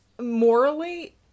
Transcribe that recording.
Morally